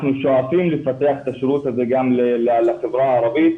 אנחנו שואפים לפתח את השירות הזה גם לחברה הערבית.